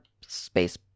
space